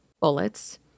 bullets